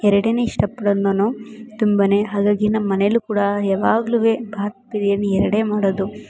ಎರಡನ್ನೆ ಇಷ್ಟಪಡೋದು ನಾನು ತುಂಬಾ ಹಾಗಾಗಿ ನಮ್ಮನೆಯಲ್ಲು ಕೂಡ ಯಾವಾಗ್ಲೂ ಬಾತ್ ಬಿರಿಯಾನಿ ಎರಡೇ ಮಾಡೋದು